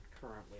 currently